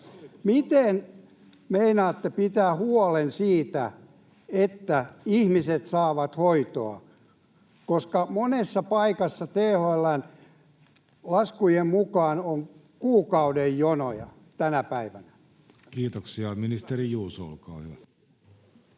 Miten meinaatte pitää huolen siitä, että ihmiset saavat hoitoa? Monessa paikassa THL:n laskujen mukaan on kuukauden jonoja tänä päivänä. Kiitoksia. — Ministeri Juuso, olkaa hyvä.